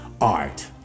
art